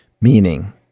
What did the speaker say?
meaning